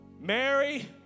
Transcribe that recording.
Mary